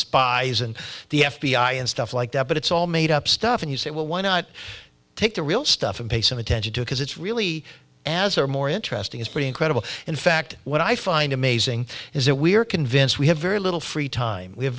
spies and the f b i and stuff like that but it's all made up stuff and you say well why not take the real stuff and pay some attention to because it's really as or more interesting is pretty incredible in fact what i find amazing is that we are convinced we have very little free time we have